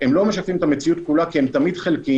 הם לא משקפים את המציאות כולה כי הם תמיד חלקיים,